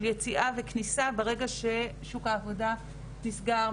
יציאה וכניסה ברגע ששוק העבודה נסגר,